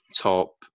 top